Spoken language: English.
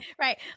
right